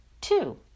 two